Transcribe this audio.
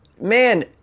man